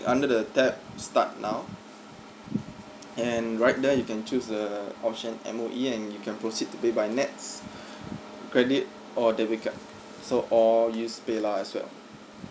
under the tab start now and right there you can choose the option M_O_E and you can proceed to pay by nets credit or debit card so or use PayLah as well